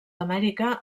amèrica